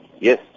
Yes